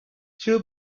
two